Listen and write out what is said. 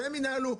שהם ינהלו.